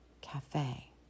cafe